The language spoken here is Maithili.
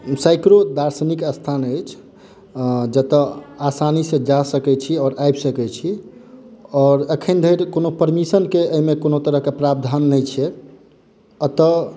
सैकड़ो दार्शनिक स्थान अछि आ जतय आसानी सॅं जा सकै छी आओर आबि सकै छी आओर अखन धरि कोनो परमिशन के एहिमे कोनो तरह के प्रावधान नहि छै अतय